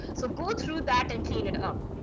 so go through that and clean it up.